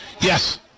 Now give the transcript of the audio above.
Yes